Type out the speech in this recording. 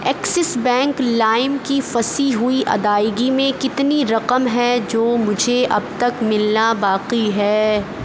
Axis bank لائم کی پھنسی ہوئی ادائیگی میں کتنی رقم ہے جو مجھے اب تک ملنا باقی ہے